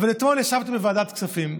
אבל אתמול ישבתי בוועדת כספים,